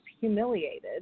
humiliated